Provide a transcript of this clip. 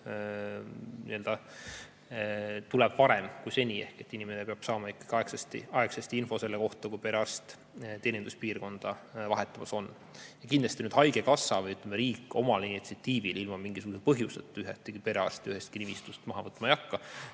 tuleb varem kui seni. Inimene peab saama aegsasti infot selle kohta, kui perearst teeninduspiirkonda vahetamas on. Kindlasti haigekassa või riik omal initsiatiivil ilma mingisuguse põhjuseta ühtki perearsti ühestki nimistust maha võtma ei hakka.